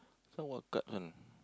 this one what card one